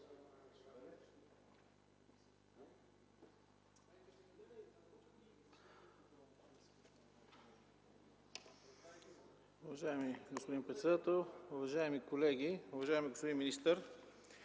Уважаеми господин председател, уважаеми колеги! Уважаеми господин министър,